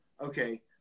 okay